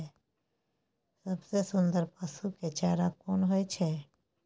सबसे सुन्दर पसु के चारा कोन होय छै?